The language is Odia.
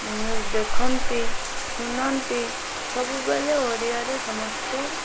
ନ୍ୟୁଜ୍ ଦେଖନ୍ତି ଶୁଣନ୍ତି ସବୁବେଳେ ଓଡ଼ିଆରେ ସମସ୍ତେ